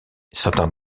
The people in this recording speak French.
certains